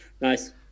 Nice